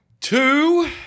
two